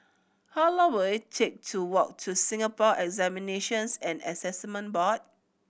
how long will it take to walk to Singapore Examinations and Assessment Board